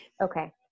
Okay